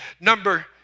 Number